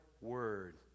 word